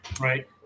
Right